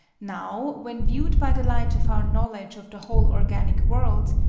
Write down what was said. now when viewed by the light of our knowledge of the whole organic world,